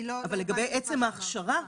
לגבי עצם ההכשרה,